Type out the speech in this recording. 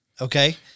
okay